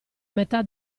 metà